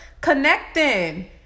connecting